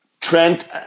Trent